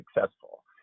successful